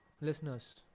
listeners